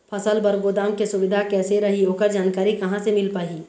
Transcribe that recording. फसल बर गोदाम के सुविधा कैसे रही ओकर जानकारी कहा से मिल पाही?